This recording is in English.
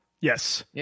Yes